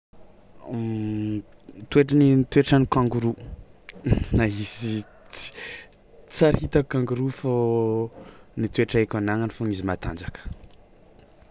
Toetriny- toetran'ny kangoro, na izyy tsy ary hitako kangoro fao ny toetra haiko anagnany faogna izy matanjaka.